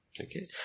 Okay